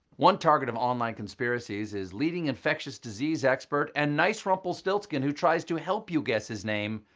one target of online conspiracies is leading infectious disease expert and nice rumpelstiltskin who tries to help you guess his name,